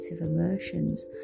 emotions